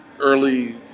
early